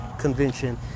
convention